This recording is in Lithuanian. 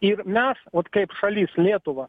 ir mes vat kaip šalis lietuva